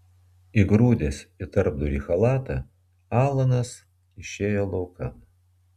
įgrūdęs į tarpdurį chalatą alanas išėjo laukan